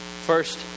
first